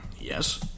Yes